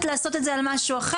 החלטת לעשות את זה על משהו אחר,